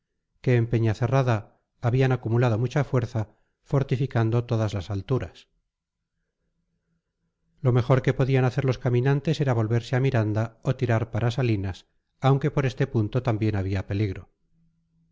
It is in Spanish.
que en peñacerrada habían acumulado mucha fuerza fortificando todas las alturas lo mejor que podían hacer los caminantes era volverse a miranda o tirar para salinas aunque por este punto también había peligro